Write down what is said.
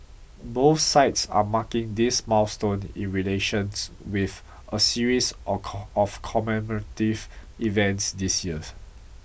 both sides are marking this milestone in relations with a series of commemorative events this year